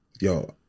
Yo